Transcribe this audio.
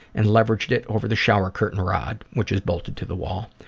and leveraged it over the shower curtian rod, which is bolted to the wall.